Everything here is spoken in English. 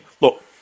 look